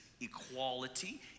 equality